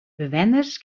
bewenners